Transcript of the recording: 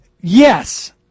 Yes